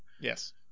yes